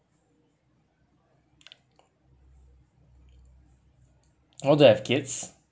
want to have kids